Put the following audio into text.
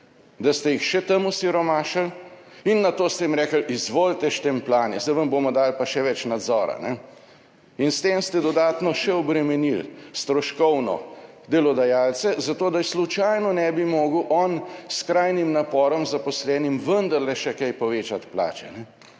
da ste jih še tam osiromašili, in nato ste jim rekli, izvolite štempljanje, zdaj vam bomo dali pa še več nadzora. In s tem ste dodatno še obremenili stroškovno delodajalce zato, da slučajno ne bi mogel on s skrajnim naporom zaposlenim vendarle še kaj povečati plače.